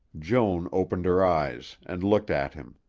joan opened her eyes and looked at him.